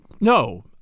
No